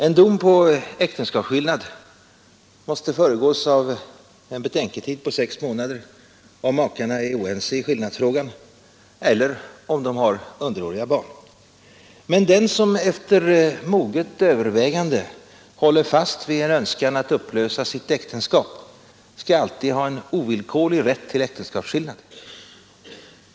En dom på äktenskapsskillnad måste föregås av en betänketid på sex månader, om makarna är oense i skillnadsfrågan eller om de har underåriga barn. Men den som efter moget övervägande håller fast vid en önskan att upplösa sitt äktenskap skall alltid ha en ovillkorlig rätt till äktenskapsskillnad.